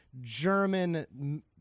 German